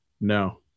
no